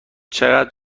چقدر